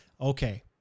Okay